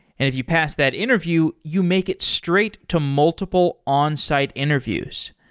if you pass that interview, you make it straight to multiple onsite interviews.